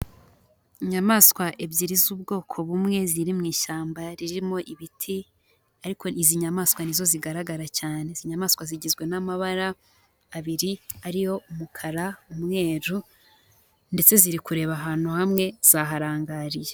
Inyamaswa ebyiri z'ubwoko bumwe, ziri mu ishyamba ririmo ibiti ariko izi nyamaswa nizo zigaragara cyane, izi nyamaswa zigizwe n'amabara abiri ari yo umukara, umweru ndetse ziri kureba ahantu hamwe zaharangariye.